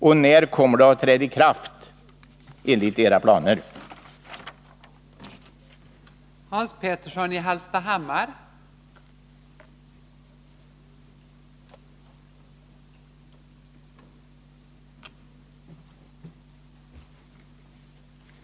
Och när skall det, enligt era planer, träda i kraft?